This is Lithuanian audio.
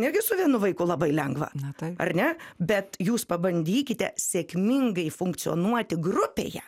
netgi su vienu vaiku labai lengva ar ne bet jūs pabandykite sėkmingai funkcionuoti grupėje